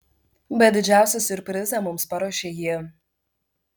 bet didžiausią siurprizą mums paruošė ji